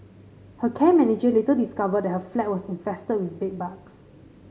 her care manager later discovered that her flat was infested with bedbugs